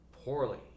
poorly